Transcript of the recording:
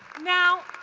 now,